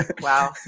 Wow